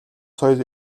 соёл